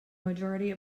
majority